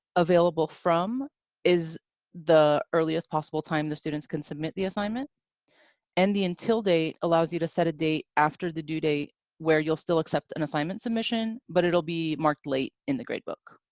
available from is the earliest possible time the students can submit the assignment and the until date allows you to set a date after the due date where you'll still accept an assignment submission, but it'll be marked late in the grade book.